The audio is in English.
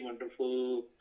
wonderful